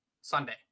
Sunday